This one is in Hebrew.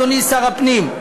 אדוני שר הפנים.